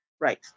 Right